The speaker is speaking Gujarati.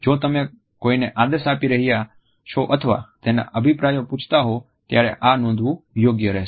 જો તમે કોઈને આદેશ આપી રહ્યાં છો અથવા તેના અભિપ્રાયો પૂછતા હોવ ત્યારે આ નોંધવું યોગ્ય રહશે